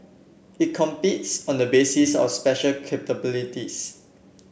it competes on the basis of special capabilities